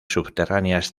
subterráneas